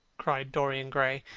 cried dorian gray,